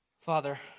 Father